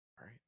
Right